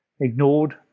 ignored